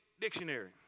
dictionary